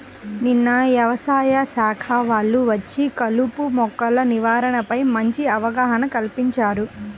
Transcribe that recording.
నిన్న యవసాయ శాఖ వాళ్ళు వచ్చి కలుపు మొక్కల నివారణపై మంచి అవగాహన కల్పించారు